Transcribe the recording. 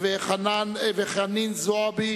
נפאע וחנין זועבי,